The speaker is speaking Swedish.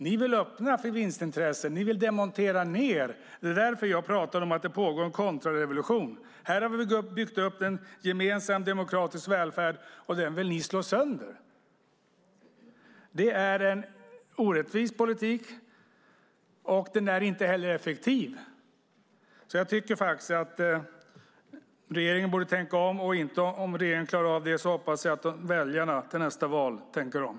Ni vill öppna för vinstintressen. Ni vill montera ned. Det är därför jag talar om att det pågår en kontrarevolution. Här har vi byggt upp en gemensam demokratisk välfärd. Den vill ni slå sönder. Det är en orättvis politik, och den är inte heller effektiv. Jag tycker alltså att regeringen borde tänka om, och om regeringen inte klarar av det hoppas jag att väljarna tänker om till nästa val.